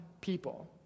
people